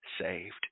saved